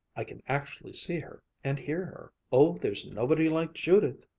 i can actually see her and hear her! oh, there's nobody like judith!